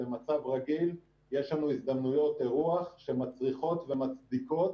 במצב רגיל יש לנו הזדמנויות אירוח שמצריכות ומצדיקות